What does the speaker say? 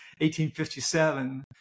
1857